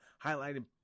highlighting